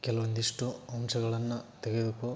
ಕೆಲವೊಂದಿಷ್ಟು ಅಂಶಗಳನ್ನು ತೆಗೆದುಕೋ